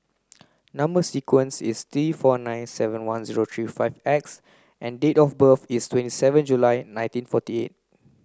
number sequence is T four nine seven one zero three five X and date of birth is twenty seven July nineteen forty eight